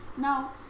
Now